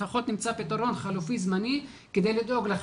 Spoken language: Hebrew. לפחות נמצא פתרון חלופי זמני כדי לדאוג לכם.